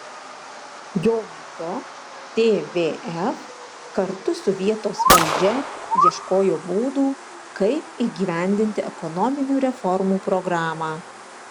jo metu tvf kartu su vietos valdžia ieškojo būdų kaip įgyvendinti ekonominių reformų programą